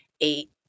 eight